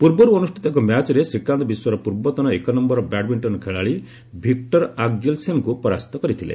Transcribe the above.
ପୂର୍ବରୁ ଅନୁଷ୍ଠିତ ଏକ ମ୍ୟାଚ୍ରେ ଶ୍ରୀକାନ୍ତ ବିଶ୍ୱର ପୂର୍ବତନ ଏକନ୍ୟର ବ୍ୟାଡମିଣ୍ଟନ ଖେଳାଳି ଭିକ୍ଟର ଆକଜେଲସେନଙ୍କୁ ପରାସ୍ତ କରିଥିଲେ